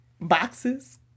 boxes